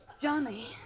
Johnny